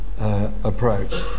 approach